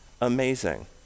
amazing